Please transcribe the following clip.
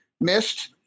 missed